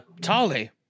Tali